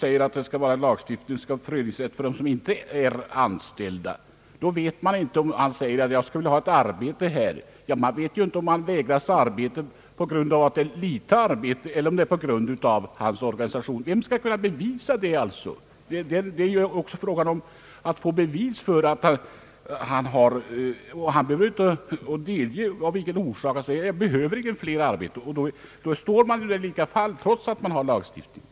Även om man får en lagstiftning om föreningsrätt för dem som inte är anställda kan man inte veta om en arbetssökande vägras arbete på grund av att det inte finns något eller på grund av organisationstillhörighet. Vem kan bevisa det? Ingen behöver redovisa skälen till att en arbetssökande inte får något arbete, och då står man där likafullt trots lagstiftningen.